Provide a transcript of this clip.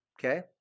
Okay